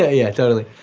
ah yeah totally.